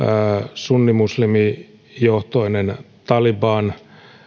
sunnimuslimijohtoinen taliban